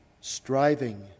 striving